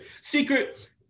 secret